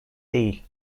değil